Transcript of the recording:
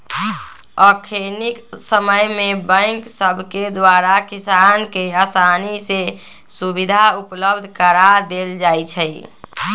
अखनिके समय में बैंक सभके द्वारा किसानों के असानी से सुभीधा उपलब्ध करा देल जाइ छइ